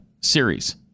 series